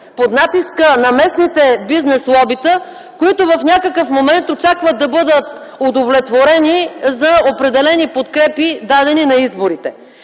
под натиска на местните бизнес лобита, които в някакъв момент очакват да бъдат удовлетворени за определени подкрепи, дадени на изборите.